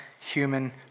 human